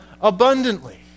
abundantly